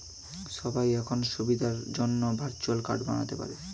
সবাই এখন সুবিধার জন্যে ভার্চুয়াল কার্ড বানাতে পারে